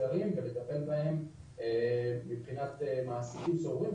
מזכרים ולטפל בהם מבחינת מעסיקים סוררים,